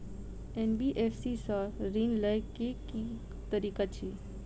NBFC सँ ऋण लय केँ की तरीका अछि?